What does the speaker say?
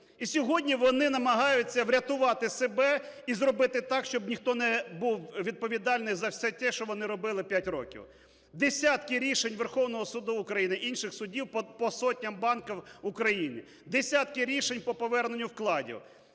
І сьогодні вони намагаються врятувати себе і зробити так, щоб ніхто не був відповідальним за все те, що вони робили 5 років. Десятки рішень Верховного Суду України, інших судів по сотнях банків України, десятки рішень по поверненню вкладів.